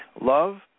Love